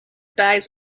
dies